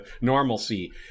normalcy